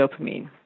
dopamine